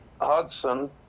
Hudson